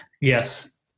Yes